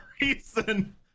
reason